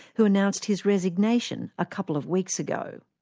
who announced his resignation a couple of weeks ago.